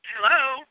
Hello